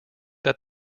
that